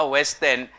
Western